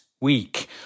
week